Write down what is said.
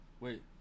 Wait